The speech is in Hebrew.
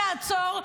תעצור,